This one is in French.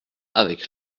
avec